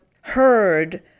heard